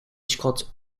scott